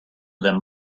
them